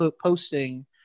posting